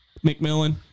McMillan